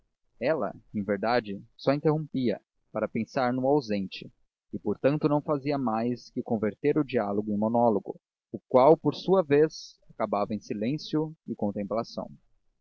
ela em verdade só interrompia para pensar no ausente e portanto não fazia mais que converter o diálogo em monólogo o qual por sua vez acabava em silêncio e contemplação